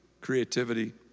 creativity